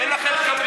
אין בכם קמצוץ מבגין.